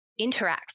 interacts